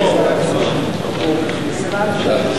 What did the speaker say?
בבקשה.